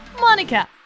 Monica